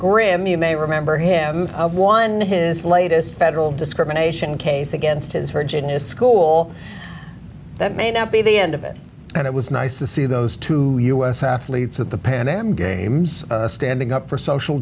you may remember him of one his latest federal discrimination case against his virginia school that may not be the end of it and it was nice to see those two u s athletes at the pan am games standing up for social